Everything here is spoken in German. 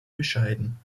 bescheiden